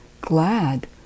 Glad